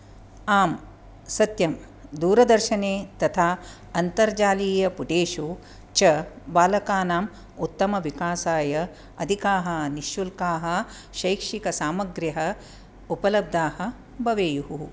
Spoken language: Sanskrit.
आम् सत्यं दूरदर्शने तथा अनतर्जालीयपुटेषु च बालकानां उत्तमविकासाय अधिकाः निश्शुल्काः शैक्षिकसामग्र्यः उपलब्धाः भवेयुः